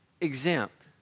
exempt